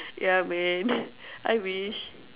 yeah man I wish